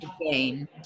again